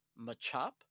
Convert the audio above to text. machop